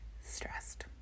stressed